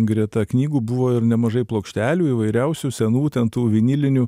greta knygų buvo ir nemažai plokštelių įvairiausių senų ten tų vinilinių